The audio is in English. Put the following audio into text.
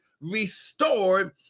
restored